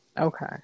Okay